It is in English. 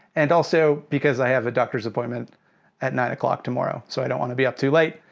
and also because i have a doctor's appointment at nine o'clock tomorrow, so i don't wanna be up too late.